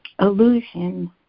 illusion